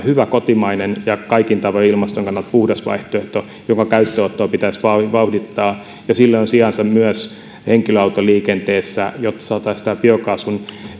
hyvä kotimainen ja ilmaston kannalta kaikin tavoin puhdas vaihtoehto jonka käyttöönottoa pitäisi vauhdittaa ja sille on sijansa myös henkilöautoliikenteessä jotta saataisiin biokaasun